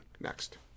Next